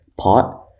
pot